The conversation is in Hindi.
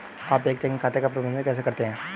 आप एक चेकिंग खाते का प्रबंधन कैसे करते हैं?